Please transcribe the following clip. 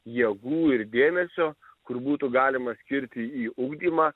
jėgų ir dėmesio kur būtų galima skirti į ugdymą